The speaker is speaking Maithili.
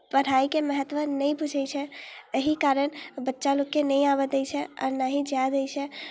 पढ़ाइके महत्व नहि बुझैत छै एही कारण बच्चा लोकके नहि आबय दैत छै आओर ने ही जाय दैत छै